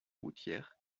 routières